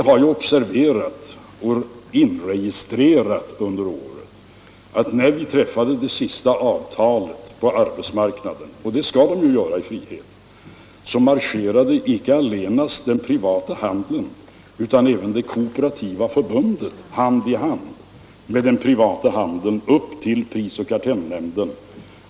När vi hade träffat det senaste avtalet på arbetsmarknaden — och det skall vi göra i frihet — marscherade inte den privata handeln ensam upp till prisoch kartellnämnden, utan Kooperativa Förbundet gick hand i hand med den privata handeln upp till nämnden.